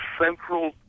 central